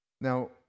Now